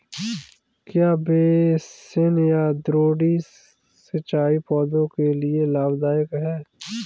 क्या बेसिन या द्रोणी सिंचाई पौधों के लिए लाभदायक है?